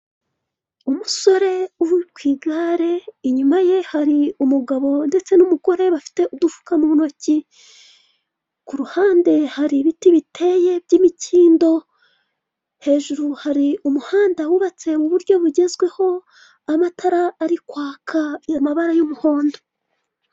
Umusore uri ku igare, inyuma ye hari umugabo ndetse n'umugore bafite udufuka mu ntoki. Ku ruhande hari ibiti biteye by'imikindo. Hejuru hari umuhanda wubatse mu buryo bugezweho, amatara ari kwaka amabara y'umuhondo.